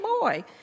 boy